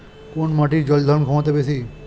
কোন মাটির জল ধারণ ক্ষমতা বেশি?